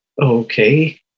Okay